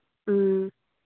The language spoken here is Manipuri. ꯎꯝ